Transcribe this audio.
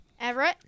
Everett